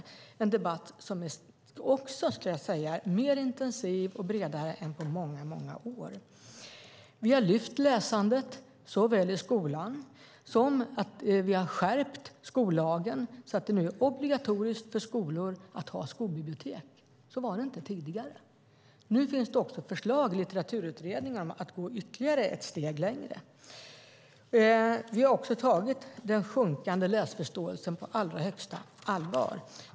Denna debatt är mer intensiv och bredare och än på många år. Vi har lyft upp läsandet i skolan. Vi har också skärpt skollagen så att det nu är obligatoriskt för skolor att ha skolbibliotek. Så var det inte tidigare. Det finns också förslag i Litteraturutredningen om att gå ytterligare ett steg. Vi har också tagit den sjunkande läsförståelsen på högsta allvar.